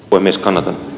kunnes kanada